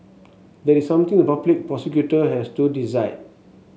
that is something the public prosecutor has to decide